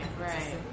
Right